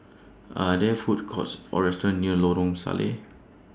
Are There Food Courts Or restaurants near Lorong Salleh